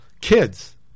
kids